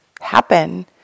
happen